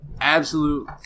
absolute